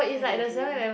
kinda drink